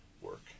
work